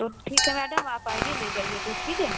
तो ठीक है मैडम आप आइए ले जाइए दूध ठीक है